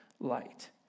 light